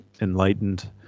enlightened